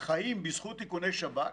חיים בזכות איכוני שב"כ,